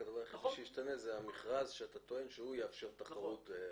מה שישתנה זה המכרז שיאפשר תחרות.